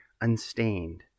unstained